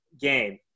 game